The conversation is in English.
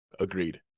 Agreed